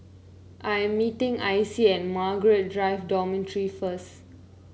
I'm meeting Icie at Margaret Drive Dormitory first